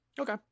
Okay